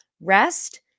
Rest